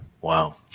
Wow